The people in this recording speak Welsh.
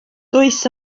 does